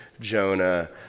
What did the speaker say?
Jonah